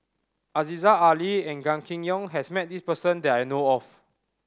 Aziza Ali and Gan Kim Yong has met this person that I know of